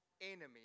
enemy